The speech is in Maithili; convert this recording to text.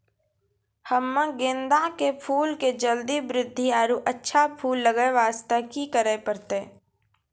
हम्मे गेंदा के फूल के जल्दी बृद्धि आरु अच्छा फूल लगय वास्ते की करे परतै?